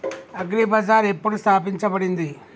Agri Bazaar ఎప్పుడు స్థాపించబడింది?